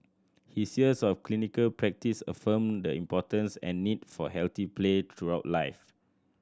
his years of clinical practice affirmed the importance and need for healthy play throughout life